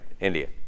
India